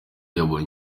yabonye